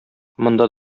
монда